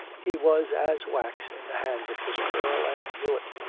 he was as wax in the hands of this girl, and knew it,